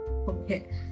Okay